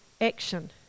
action